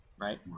right